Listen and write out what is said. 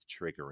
triggering